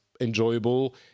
enjoyable